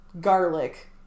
garlic